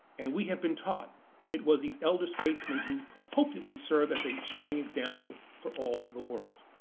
and we have been taught it was the elder statesmen who hoped it would serve as a shining example for all the world. but